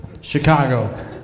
Chicago